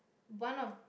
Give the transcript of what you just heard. one of